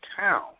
Town